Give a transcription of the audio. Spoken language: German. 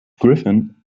griffin